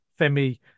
Femi